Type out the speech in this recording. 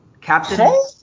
Captain